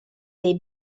dei